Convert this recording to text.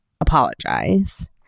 apologize